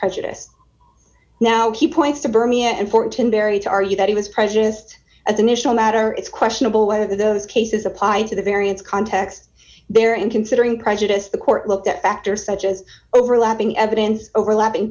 prejudice now he points to burma and fourteen barry to argue that he was prejudiced as initial matter it's questionable whether those cases apply to the various contexts there and considering prejudice the court looked at factors such as overlapping evidence overlapping